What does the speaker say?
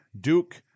Duke